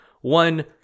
One